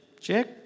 check